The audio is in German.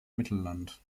mittelland